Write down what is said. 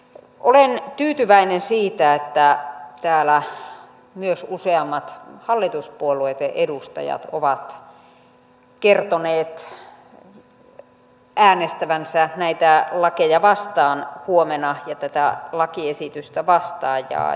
olen tyytyväinen siihen että täällä myös useammat hallituspuolueitten edustajat ovat kertoneet äänestävänsä huomenna näitä lakeja vastaan ja tätä lakiesitystä vastaan